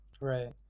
Right